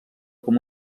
com